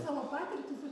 savo patirtis ir